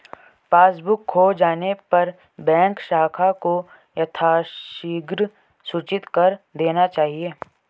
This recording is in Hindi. पासबुक खो जाने पर बैंक शाखा को यथाशीघ्र सूचित कर देना चाहिए